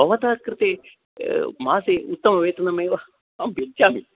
भवतः कृते मासे उत्तम वेतनमेव अहं यच्छामि